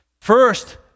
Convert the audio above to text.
First